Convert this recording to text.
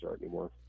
anymore